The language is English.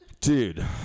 dude